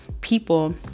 people